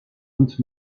und